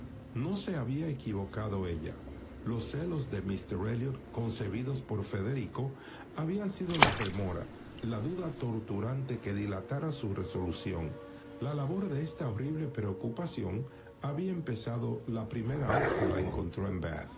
no se había equivocado ella los celos de miste r elliot concebidos por federico habían sido la rémora la duda torturante que dilatara su resolución la labor de esta horrible preocupación había empezado la primera vez que la encontró en